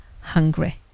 hungry